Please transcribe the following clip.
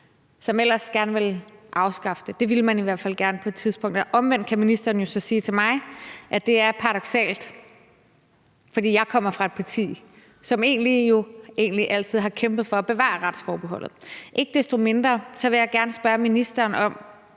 som ellers gerne vil afskaffe det. Det ville man i hvert fald gerne på et tidspunkt. Omvendt kan ministeren jo så sige til mig, at det er paradoksalt, fordi jeg kommer fra et parti, som jo egentlig altid har kæmpet for at bevare retsforbeholdet. Ikke desto mindre – jeg synes, at vi lige så